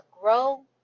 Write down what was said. grow